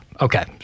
Okay